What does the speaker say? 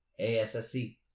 ASSC